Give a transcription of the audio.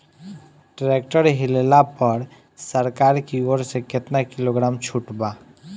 Tractor लिहला पर सरकार की ओर से केतना किलोग्राम छूट बा?